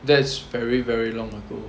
that's very very long ago